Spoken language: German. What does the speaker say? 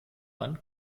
wann